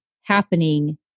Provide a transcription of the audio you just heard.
happening